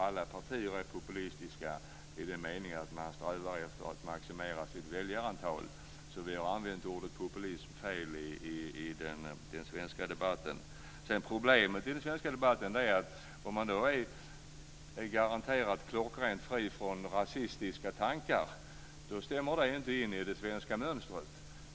Alla partier är nämligen populistiska i den meningen att de strävar efter att maximera antalet väljare. Vi har använt ordet populism fel i den svenska debatten. Problemet i den svenska debatten är att om man är garanterat klockrent fri från rasistiska tankar så stämmer det inte in i det svenska mönstret.